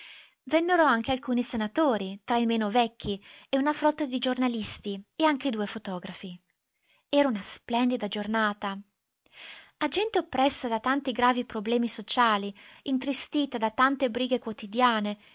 vennero anche alcuni senatori tra i meno vecchi e una frotta di giornalisti e anche due fotografi era una splendida giornata a gente oppressa da tanti gravi problemi sociali intristita da tante brighe quotidiane